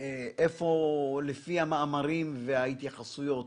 לפי המאמרים וההתייחסויות.